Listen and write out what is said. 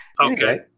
okay